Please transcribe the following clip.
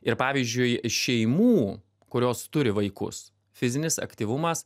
ir pavyzdžiui šeimų kurios turi vaikus fizinis aktyvumas